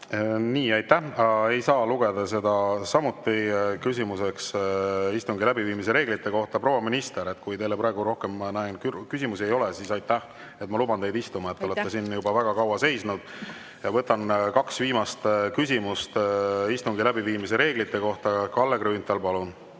Nii, aitäh! Ei saa lugeda seda küsimuseks istungi läbiviimise reeglite kohta. Proua minister, kui teile praegu rohkem, ma näen, küsimusi ei ole, siis aitäh, ma luban teid istuma. Te olete siin juba väga kaua seisnud. Võtan kaks viimast küsimust istungi läbiviimise reeglite kohta. Kalle Grünthal, palun!